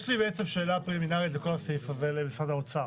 יש לי שאלה למשרד האוצר,